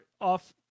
off